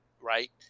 right